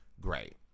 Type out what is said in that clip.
great